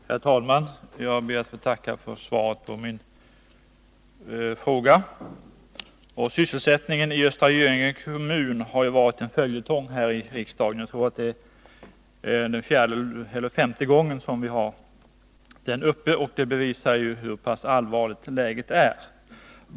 Herr talman! Jag ber att få tacka för svaret på min fråga. Sysselsättningen i Östra Göinge kommun har varit en följetong i riksdagen. Jag tror att detta är den fjärde eller den femte gången som vi diskuterar den, och det bevisar hur allvarligt läget är.